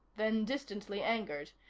then distantly angered.